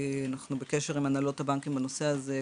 אנחנו בקשר עם הנהלות הבנקים בנושא הזה.